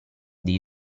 dei